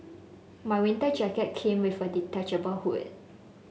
my winter jacket came with a detachable hood